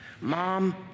Mom